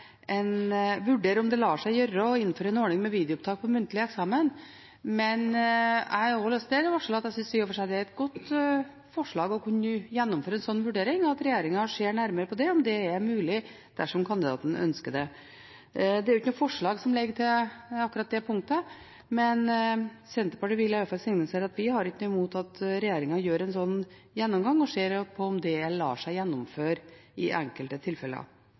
ordning med videopptak på muntlig eksamen, men vil varsle at jeg i og for seg synes det er et godt forslag å gjennomføre en slik vurdering, og at regjeringen ser nærmere på om det er mulig dersom kandidaten ønsker det. Det er jo ikke noe forslag som ligger til akkurat det punktet, men Senterpartiet vil i alle fall signalisere at vi ikke har noe imot at regjeringen gjør en slik gjennomgang, og ser på om det lar seg gjennomføre i enkelte tilfeller.